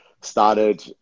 started